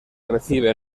recibe